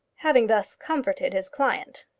having thus comforted his client,